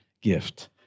gift